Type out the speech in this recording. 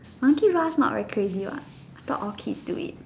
okay lah not very crazy what I thought all kids do it